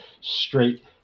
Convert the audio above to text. straight